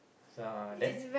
some are then